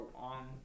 on